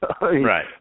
Right